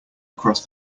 across